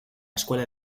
escuela